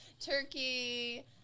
Turkey